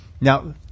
Now